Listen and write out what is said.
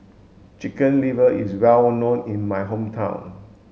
chicken liver is well known in my hometown